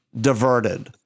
diverted